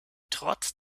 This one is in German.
trotz